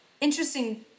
interesting